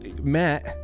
Matt